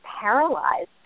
paralyzed